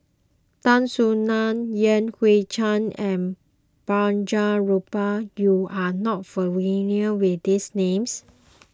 Tan Soo Nan Yan Hui Chang and Balraj Gopal you are not familiar with these names